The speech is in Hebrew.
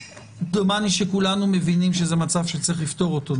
דומני שכולנו מבינים שזה מצב שצריך לפתור אותו,